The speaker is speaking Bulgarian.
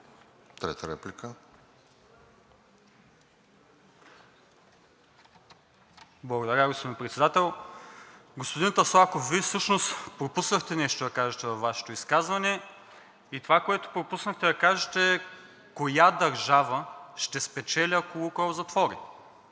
(ВЪЗРАЖДАНЕ): Благодаря, господин Председател. Господин Таслаков, Вие всъщност пропуснахте нещо да кажете във Вашето изказване и това, което пропуснахте да кажете, е коя държава ще спечели, ако „Лукойл“ затвори.